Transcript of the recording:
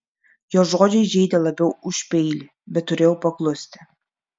jo žodžiai žeidė labiau už peilį bet turėjau paklusti